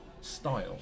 style